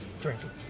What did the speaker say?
drinking